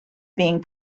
being